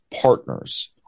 partners